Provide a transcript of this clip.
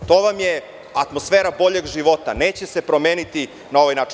To vam je atmosfera „Boljeg života“ i neće se promeniti na ovaj način.